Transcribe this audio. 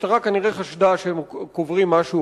המשטרה כנראה חשדה שהם קוברים משהו,